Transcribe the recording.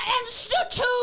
institute